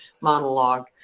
monologue